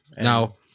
Now